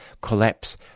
collapse